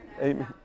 Amen